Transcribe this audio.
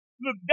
Look